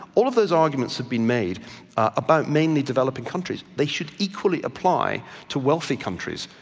all of those arguments have been made about mainly developing countries. they should equally apply to wealthy countries.